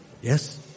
yes